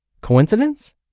Coincidence